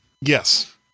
Yes